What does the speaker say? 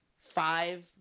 Five